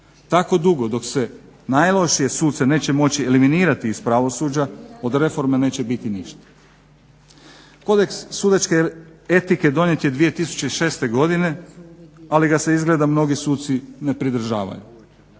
tako dugo dok se najlošije suce neće moći eliminirati iz pravosuđa od reforme neće biti ništa. Kodeks sudačke etike donijet je 2006. godine, ali ga se izgleda mnogi suci ne pridržavaju.